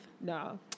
No